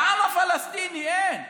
לעם הפלסטיני אין.